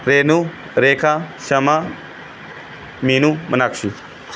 Renu Rekha Sama Meenu Meenakshi